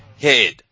head